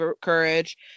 courage